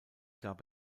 gab